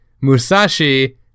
Musashi